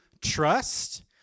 trust